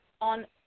on